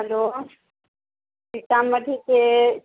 hello सीतामढ़ीके